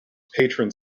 patron